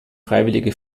freiwillige